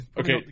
okay